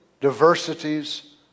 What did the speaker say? diversities